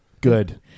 Good